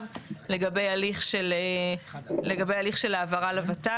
לגבי הליך של לגבי הליך של העברה לוות"ל,